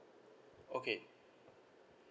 okay